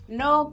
no